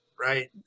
right